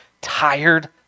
tired